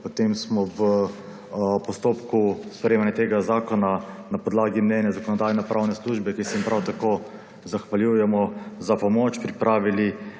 Potem smo v postopku sprejemanja tega zakona na podlagi mnenja Zakonodajno-pravne službe, ki se jim prav tako zahvaljujemo za pomoč, pripravili